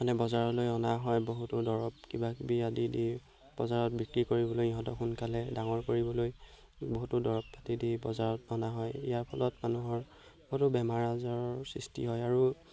মানে বজাৰলৈ অনা হয় বহুতো দৰৱ কিবা কিবি আদি দি বজাৰত বিক্ৰী কৰিবলৈ ইহঁতক সোনকালে ডাঙৰ কৰিবলৈ বহুতো দৰৱ পাতি দি বজাৰত অনা হয় ইয়াৰ ফলত মানুহৰ বহুতো বেমাৰ আজাৰৰ সৃষ্টি হয় আৰু